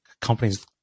companies